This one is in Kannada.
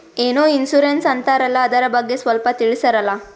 ಏನೋ ಇನ್ಸೂರೆನ್ಸ್ ಅಂತಾರಲ್ಲ, ಅದರ ಬಗ್ಗೆ ಸ್ವಲ್ಪ ತಿಳಿಸರಲಾ?